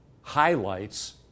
highlights